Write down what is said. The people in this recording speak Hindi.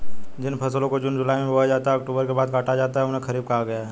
जिन फसलों को जून जुलाई में बोया जाता है और अक्टूबर के बाद काटा जाता है उन्हें खरीफ कहा गया है